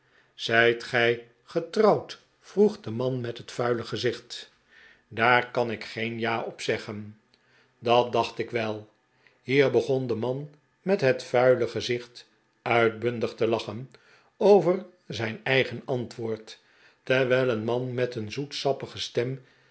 zijt gij getrouwd vroeg de man met het vuile gezicht daar kan ik geen ja op zeggen dat dacht ik wel hier begon de man met het vuile gezicht uitbundig te lachen over zijn eigen antwoord terwijl een man met een zoetsappige stem